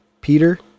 Peter